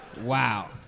Wow